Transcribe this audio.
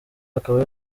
akaba